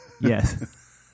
yes